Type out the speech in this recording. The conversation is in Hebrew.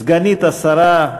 סגנית השר,